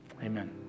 Amen